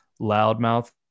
loudmouth